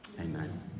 Amen